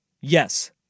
Yes